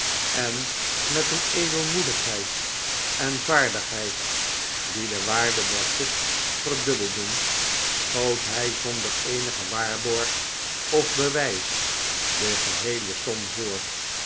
en met eene edelmoedigheid en vaardigheid die de waarde der gift verdubbelden schoot hij zonder eenigen waarborg of bewijs de geheele som voor